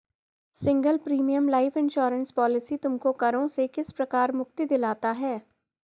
Single premium life insurance policy तुमको करों से किस प्रकार मुक्ति दिलाता है?